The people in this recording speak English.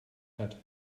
hat